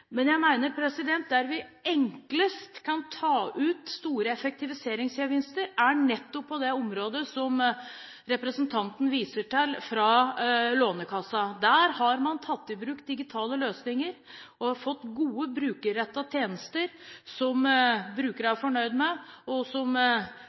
Men jeg mener at der vi enklest kan ta ut store effektiviseringsgevinster, er nettopp på det området representanten viser til fra Lånekassen. Der har man tatt i bruk digitale løsninger. Man har fått gode, brukerrettede tjenester som